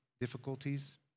difficulties